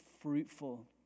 fruitful